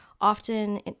Often